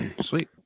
Sweet